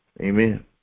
Amen